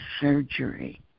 surgery